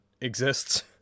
exists